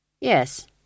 Yes